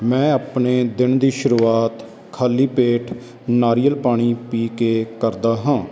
ਮੈਂ ਆਪਣੇ ਦਿਨ ਦੀ ਸ਼ੁਰੂਆਤ ਖਾਲੀ ਪੇਟ ਨਾਰੀਅਲ ਪਾਣੀ ਪੀ ਕੇ ਕਰਦਾ ਹਾਂ